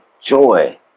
joy